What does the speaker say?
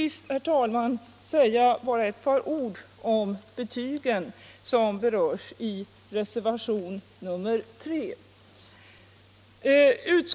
Får jag till sist sedan bara säga några ord om betygen, som berörs i reservationen 3.